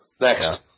next